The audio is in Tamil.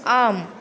ஆம்